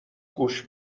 گوش